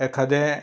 एखादें